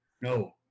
No